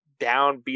downbeat